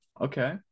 Okay